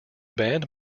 band